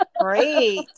Great